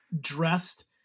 dressed